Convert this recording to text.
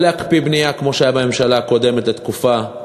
או להקפיא בנייה, כמו שהיה בממשלה הקודמת, לתקופה,